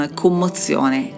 commozione